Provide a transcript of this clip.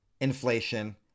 inflation